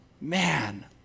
Man